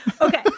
Okay